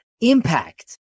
impact